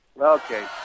Okay